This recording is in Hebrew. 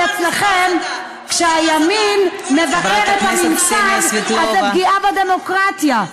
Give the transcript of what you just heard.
כי אצלכם כשהימין מבקר את הממסד אז זו פגיעה בדמוקרטיה,